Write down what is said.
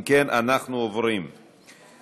אם כן, אנחנו עוברים להצבעה.